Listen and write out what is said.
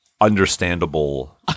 understandable